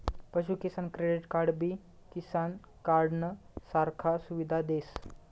पशु किसान क्रेडिट कार्डबी किसान कार्डनं सारखा सुविधा देस